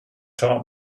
taught